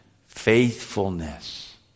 Faithfulness